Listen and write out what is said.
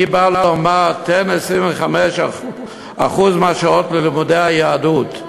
אני בא לומר, תן 25% מהשעות ללימודי יהדות.